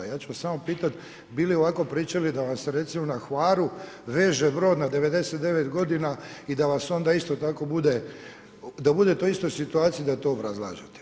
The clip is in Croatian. Ja ću vas samo pitat bi li ovako pričali da vam se recimo na Hvaru veže brod na 99 godina i da vas onda isto tako bude, da budete u istoj situaciji da to obrazlažete?